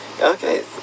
Okay